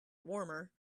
warmer